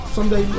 Someday